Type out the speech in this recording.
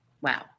wow